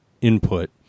input